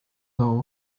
know